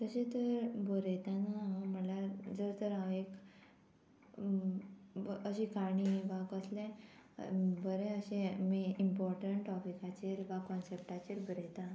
तशें तर बरयताना म्हणल्यार जर तर हांव एक अशी काणी वा कसले बरे अशे इम्पोर्टंट टॉपिकाचेर वा कॉन्सेप्टाचेर बरयता